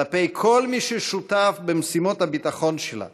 כלפי כל מי ששותף במשימות הביטחון שלה